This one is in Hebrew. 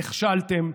נכשלתם.